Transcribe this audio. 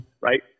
right